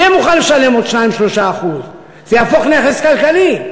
הוא יהיה מוכן לשלם עוד 2% 3%. זה יהפוך נכס כלכלי.